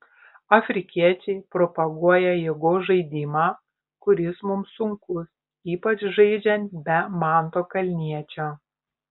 afrikiečiai propaguoja jėgos žaidimą kuris mums sunkus ypač žaidžiant be manto kalniečio